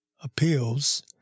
appeals